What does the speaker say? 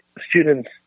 students